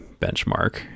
benchmark